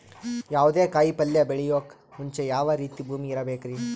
ಯಾವುದೇ ಕಾಯಿ ಪಲ್ಯ ಬೆಳೆಯೋಕ್ ಮುಂಚೆ ಯಾವ ರೀತಿ ಭೂಮಿ ಇರಬೇಕ್ರಿ?